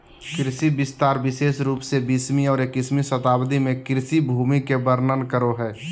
कृषि विस्तार विशेष रूप से बीसवीं और इक्कीसवीं शताब्दी में कृषि भूमि के वर्णन करो हइ